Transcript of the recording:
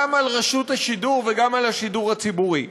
גם על רשות השידור וגם על השידור הציבורי,